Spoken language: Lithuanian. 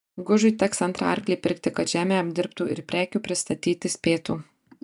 gužui teks antrą arklį pirkti kad žemę apdirbtų ir prekių pristatyti spėtų